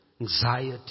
anxiety